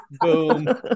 Boom